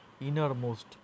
innermost